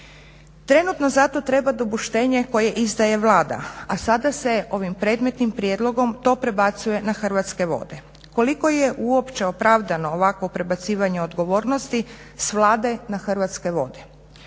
Trenutno zato treba dopuštenje koje izdaje Vlada a sada se ovim predmetnim prijedlogom to prebacuje na Hrvatske vode. Koliko je uopće opravdano ovakvo prebacivanje odgovornosti s Vlade na Hrvatske vode.